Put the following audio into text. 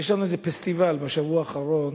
יש לנו איזה פסטיבל בשבוע האחרון